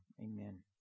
Amen